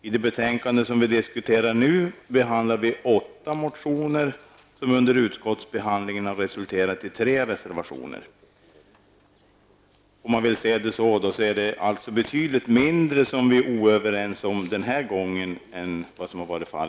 I dagens betänkande behandlar vi 8 motioner, som under utskottsbehandlingen har resulterat i 3 reservationer. Det tycks alltså vara betydligt mindre som vi inte är överens om den här gången.